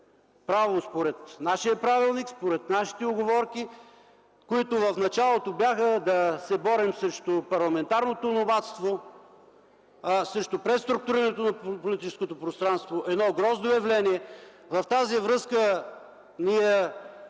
правилно, според нашия правилник и според нашите уговорки, които в началото бяха да се борим срещу парламентарното номадство, срещу преструктурирането на политическото пространство – едно грозно явление. В тази връзка ние